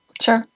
Sure